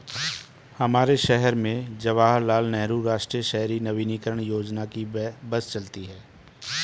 हमारे शहर में जवाहर लाल नेहरू राष्ट्रीय शहरी नवीकरण योजना की बस चलती है